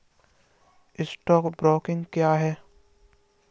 Stock broking क्या है?